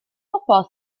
bobl